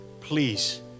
please